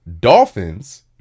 Dolphins